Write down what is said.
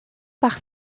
par